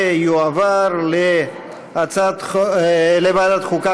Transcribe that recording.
ויועבר לוועדת החוקה,